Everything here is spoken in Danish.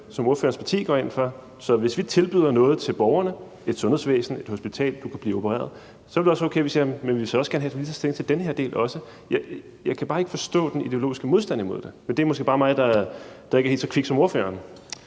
som ordførerens parti går ind for. Så hvis vi tilbyder noget til borgerne, et sundhedsvæsen, et hospital, at du kan blive opereret, er det vel også okay, at vi siger: Men vi vil så også gerne have, at I lige tager stilling til den her del også. Jeg kan bare ikke forstå den ideologiske modstand imod det. Men det er måske bare mig, der ikke er helt så kvik som ordføreren.